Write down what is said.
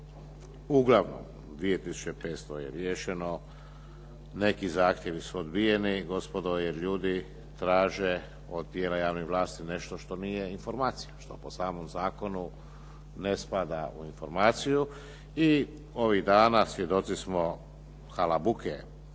uglavnom 2 tisuće 500 je riješeno, neki zahtjevi su odbijeni gospodo jer ljudi traže od tijela javnih vlasti nešto što nije informacija, što po samom zakonu ne spada u informaciju. I ovih dana svjedoci smo halabuke